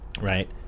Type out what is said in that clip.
right